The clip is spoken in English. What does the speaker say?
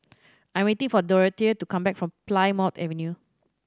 I am waiting for Dorothea to come back from Plymouth Avenue